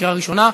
לקריאה ראשונה.